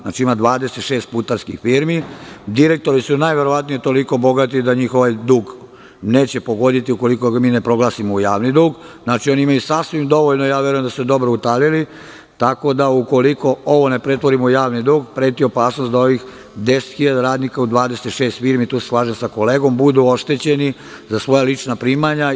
Znači, ima 26 putarskih firmi, direktori su najverovatnije toliko bogati da njih ovaj dug neće pogoditi ukoliko ga mi ne proglasimo u javni dug, tako da oni imaju sasvim dovoljno i ja verujem da su se oni dobro istalili, tako da ukoliko ovo ne pretvorimo u javni dug, preti opasnost da ovih 10 hiljada radnika u 26 firmi, i tu se slažem sa kolegom, budu oštećeni za svoja lična primanja.